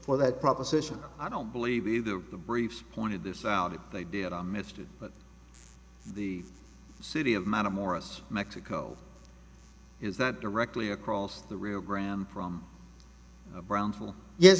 for that proposition i don't believe either of the briefs pointed this out if they did i missed it but the city of man of morris mexico is that directly across the rio grande from brownsville yes